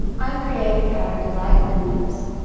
i create a character like wyndham's,